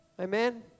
Amen